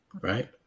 right